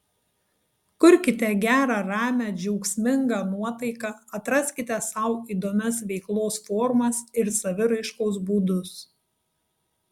kurkite gerą ramią džiaugsmingą nuotaiką atraskite sau įdomias veiklos formas ir saviraiškos būdus